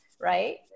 right